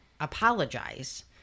apologize